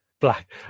black